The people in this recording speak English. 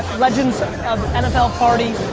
legends of nfl party.